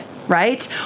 right